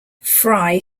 fry